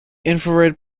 infrared